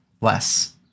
less